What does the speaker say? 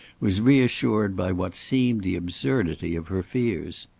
was reassured by what seemed the absurdity of her fears.